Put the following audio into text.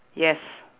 yes